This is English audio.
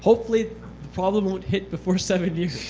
hopefully the problem won't hit before seven years.